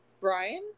brian